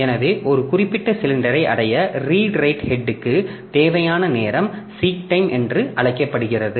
எனவே ஒரு குறிப்பிட்ட சிலிண்டரை அடைய ரீடு ரைட் ஹெட்க்கு தேவையான நேரம் சீக் டைம் என்று அழைக்கப்படுகிறது